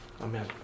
Amen